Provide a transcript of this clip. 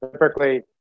Typically